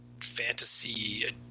fantasy